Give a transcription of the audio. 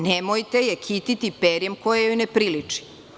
Nemojte je kititi perjem koje joj ne priliči.